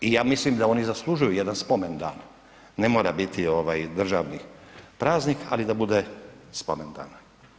I ja mislim da oni zaslužuju jedan spomendan, ne mora biti državni praznik ali da bude spomendan.